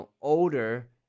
older